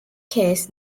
case